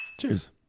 Cheers